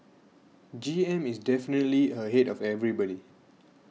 G M is definitely ahead of everybody